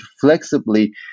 flexibly